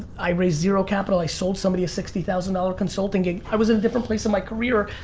i raised zero capital, i sold somebody a sixty thousand dollars consulting gig. i was in a different place in my career,